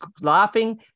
laughing